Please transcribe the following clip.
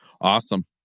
awesome